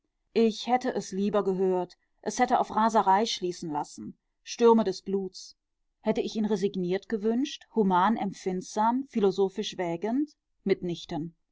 ich hätte es lieber gehört es hätte auf raserei schließen lassen stürme des bluts hätte ich ihn resigniert gewünscht human empfindsam philosophisch wägend mit